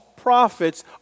prophets